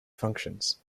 functions